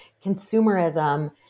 consumerism